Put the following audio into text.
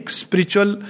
spiritual